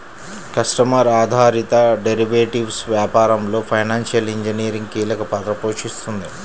customer ఆధారిత derivatives వ్యాపారంలో financial engineering కీలక పాత్ర పోషిస్తుంది